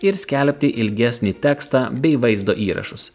ir skelbti ilgesnį tekstą bei vaizdo įrašus